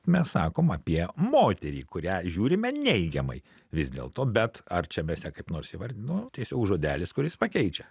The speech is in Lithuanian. mes sakome apie moterį į kurią žiūrime neigiamai vis dėlto bet ar čia mes ją kaip nors įvardino tiesiog žodelis kuris pakeičia